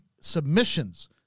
submissions